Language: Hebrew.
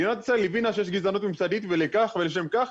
מדינת ישראל הבינה שיש גזענות ממסדית ולשם כך